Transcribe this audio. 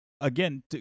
again